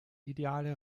ideale